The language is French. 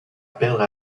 perdre